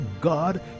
God